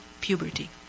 puberty